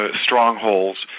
strongholds